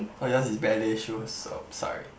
oh yours is ballet shoes so sorry